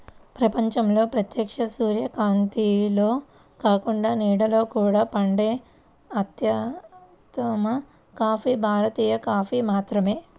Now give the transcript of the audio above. ప్రపంచంలో ప్రత్యక్ష సూర్యకాంతిలో కాకుండా నీడలో కూడా పండే అత్యుత్తమ కాఫీ భారతీయ కాఫీ మాత్రమే